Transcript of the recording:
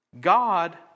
God